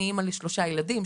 אני אמא לשלושה ילדים,